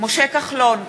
משה כחלון,